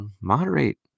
moderate